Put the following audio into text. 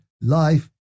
life